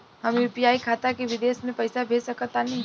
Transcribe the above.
हम यू.पी.आई खाता से विदेश म पइसा भेज सक तानि?